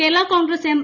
Kerala Congress M